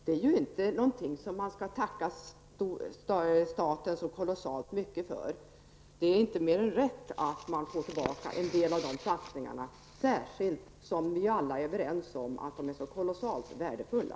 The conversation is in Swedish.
Det är inte något man kan tacka staten kolossalt mycket för. Det är inte mer än rätt att man får tillbaka en del av satsningarna, särskilt som vi alla är överens om att de är så kolossalt värdefulla.